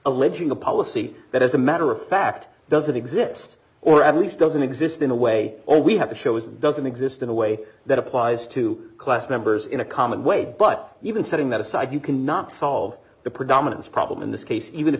alleging a policy that as a matter of fact doesn't exist or at least doesn't exist in a way all we have to show is it doesn't exist in a way that applies to class members in a common way but even setting that aside you cannot solve the predominance problem in this case even if